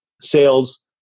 sales